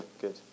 Good